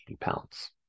pounds